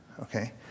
Okay